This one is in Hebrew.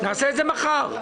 נעשה את זה מחר.